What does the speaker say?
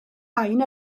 rhain